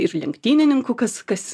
ir lenktynininkų kas kas